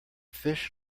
fish